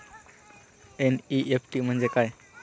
NEFT म्हणजे काय?